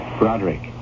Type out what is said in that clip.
Roderick